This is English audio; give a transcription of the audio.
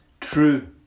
true